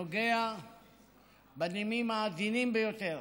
נוגע בנימים העדינים ביותר